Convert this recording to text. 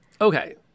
Okay